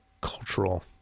cultural